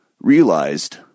realized